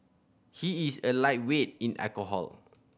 he is a lightweight in alcohol